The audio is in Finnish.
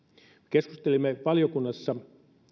keskustelimme valiokunnassa